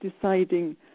deciding